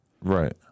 Right